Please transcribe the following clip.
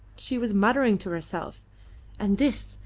she was muttering to herself and this,